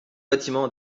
bâtiments